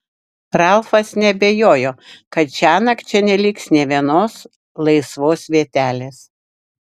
ralfas neabejojo kad šiąnakt čia neliks nė vienos laisvos vietelės